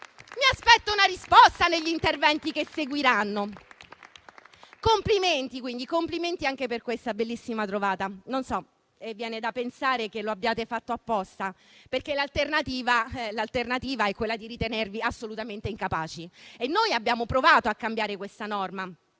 Mi aspetto una risposta negli interventi che seguiranno. Complimenti, quindi, anche per questa bellissima trovata. Viene da pensare che lo abbiate fatto apposta, perché l'alternativa è quella di ritenervi assolutamente incapaci. Noi abbiamo provato a cambiare questa norma,